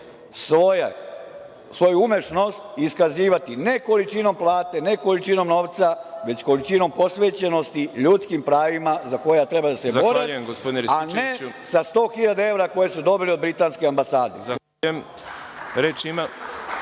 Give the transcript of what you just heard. svoju umešnost iskazivati ne količinom plate, ne količinom novca, već količinom posvećenosti ljudskim pravima za koja treba da se bore, a ne sa 100 hiljada evra koje su dobili od britanske ambasade.